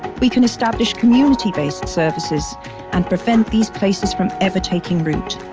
we can establish community-based services and prevent these places from ever taking root.